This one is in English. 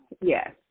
yes